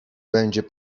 będzie